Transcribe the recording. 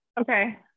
Okay